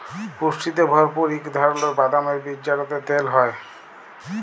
পুষ্টিতে ভরপুর ইক ধারালের বাদামের বীজ যেটতে তেল হ্যয়